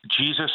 Jesus